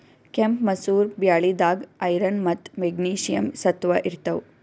ಕೆಂಪ್ ಮಸೂರ್ ಬ್ಯಾಳಿದಾಗ್ ಐರನ್ ಮತ್ತ್ ಮೆಗ್ನೀಷಿಯಂ ಸತ್ವ ಇರ್ತವ್